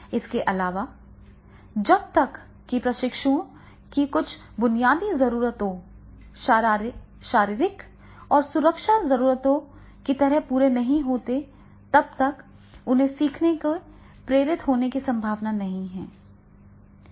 इसके अलावा जब तक कि प्रशिक्षुओं की कुछ बुनियादी जरूरतें शारीरिक और सुरक्षा जरूरतों की तरह पूरी नहीं होतीं तब तक उन्हें सीखने के लिए प्रेरित होने की संभावना नहीं है